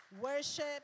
Worship